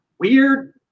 weird